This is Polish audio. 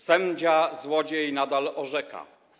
Sędzia złodziej nadal orzeka.